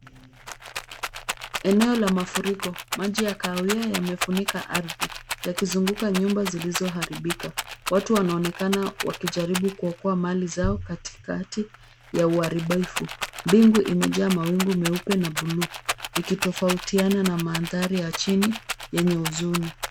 Eneo la mafuriko. Maji ya kahawia yamefunika ardhi, yakizunguka nyumba zilizoharibika. Watu wanaonekana wakijaribu kuokoa mali zao katikati ya uharibifu. Mbingu imejaa mawingu meupe na blue , ikitofautiana na mandhari ya chini yenye huzuni.